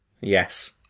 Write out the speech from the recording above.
Yes